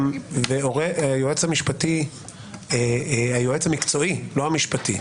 היועץ המקצועי לא המשפטי,